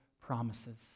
promises